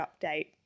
update